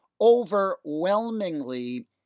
Overwhelmingly